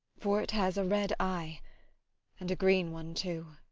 for it has a red eye and a green one, too.